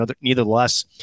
nevertheless